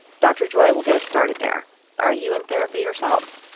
dr. joy will get us started there are you in therapy yourself?